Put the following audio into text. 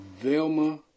Velma